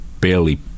barely